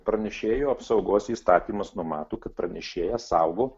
pranešėjų apsaugos įstatymas numato kad pranešėjas saugo